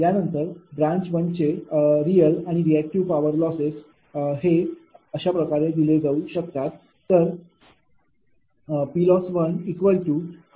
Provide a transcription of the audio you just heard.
यानंतर ब्रांच 1 चे रियल आणि रिऍक्टिव्ह पावर लॉसेस अशाप्रकारे दिले जाऊ शकते